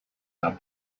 not